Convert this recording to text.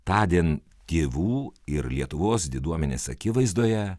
tądien tėvų ir lietuvos diduomenės akivaizdoje